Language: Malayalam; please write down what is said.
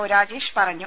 ഒ രാജേഷ് പറഞ്ഞു